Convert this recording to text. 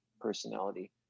personality